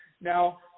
now